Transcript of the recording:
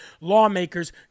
lawmakers